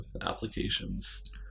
applications